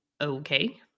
Okay